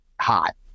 hot